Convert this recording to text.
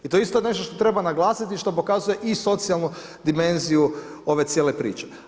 I to je isto nešto što treba naglasiti i što pokazuje i socijalnu dimenziju ove cijele priče.